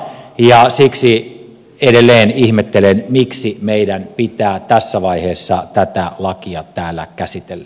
siksi edelleen ihmettelen miksi meidän pitää tässä vaiheessa tätä lakia täällä käsitellä